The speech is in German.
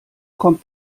kommt